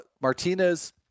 Martinez